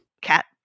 cat